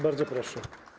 Bardzo proszę.